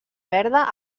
verda